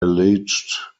alleged